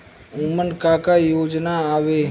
उमन का का योजना आवेला?